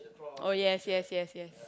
oh yes yes yes yes